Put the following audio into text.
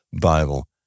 Bible